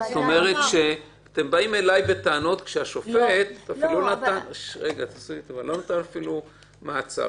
אתם באים אלי בטענות כשהשופט אפילו לא נתן מאסר,